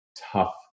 tough